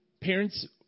Parents